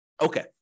Okay